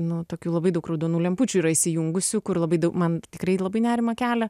nu tokių labai daug raudonų lempučių ir įsijungusių kur labai daug man tikrai labai nerimą kelia